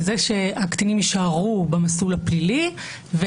זה שהקטינים יישארו במסלול הפלילי.